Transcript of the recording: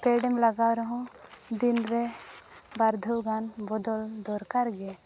ᱯᱮᱰᱮᱢ ᱞᱟᱜᱟᱣ ᱨᱮᱦᱚᱸ ᱫᱤᱱ ᱨᱮ ᱵᱟᱨᱫᱷᱟᱹᱣ ᱜᱟᱱ ᱵᱚᱫᱚᱞ ᱫᱚᱨᱠᱟᱨ ᱜᱮ